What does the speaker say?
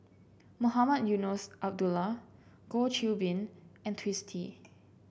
Mohamed Eunos Abdullah Goh Qiu Bin and Twisstii